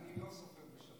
אני לא סופר בשבת.